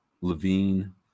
Levine